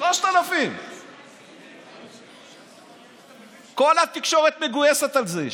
3000. כל התקשורת מגויסת לזה.